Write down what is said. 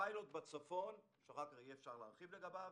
בפיילוט בצפון שאחר כך אפשר יהיה להרחיב לגביו